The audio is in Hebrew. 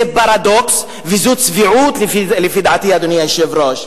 זה פרדוקס וזו צביעות, לפי דעתי, אדוני היושב-ראש.